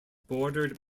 bordered